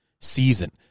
season